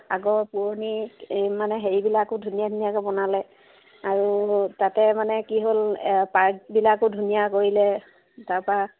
আগৰ পুৰণি এই মানে হেৰিবিলাকো ধুনীয়া ধুনীয়াকৈ বনালে আৰু তাতে মানে কি হ'ল এই পাৰ্কবিলাকো ধুনীয়া কৰিলে তাৰপৰা